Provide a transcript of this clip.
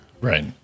Right